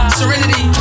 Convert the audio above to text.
serenity